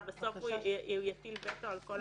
בסוף הוא יטיל וטו על כל המינויים?